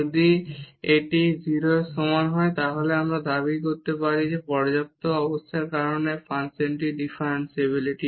যদি এটি 0 এর সমান হয় তাহলে আমরা দাবি করতে পারি যে পর্যাপ্ত অবস্থার কারণে ফাংশনটি ডিফারেনশিবিলিটি